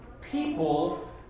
people